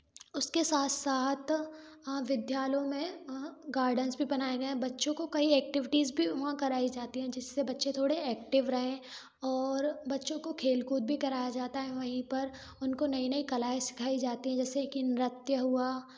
उसके साथ साथ अ विद्यालयों में अ गार्डन्स भी बनाए गए हैं बच्चों को कई एक्टिविटीज़ भी वहाँ कराई जाती हैं जिससे बच्चे थोड़े एक्टिव रहें और बच्चों को खेल कूद भी कराया जाता है वहीं पर उनको नई नई कलाएं सिखाई जाती हैं जैसे कि नृत्य हुआ